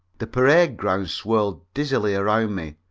the parade ground swirled dizzily around me,